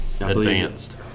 advanced